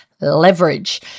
leverage